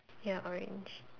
ya orange